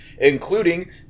including